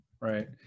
Right